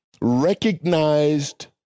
recognized